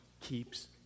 keeps